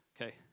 Okay